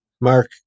Mark